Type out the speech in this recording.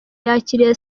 yakiriye